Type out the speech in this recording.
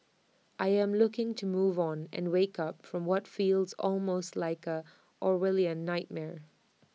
I am looking to move on and wake up from what feels almost like A Orwellian nightmare